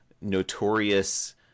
notorious